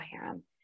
harem